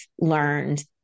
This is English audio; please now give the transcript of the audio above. learned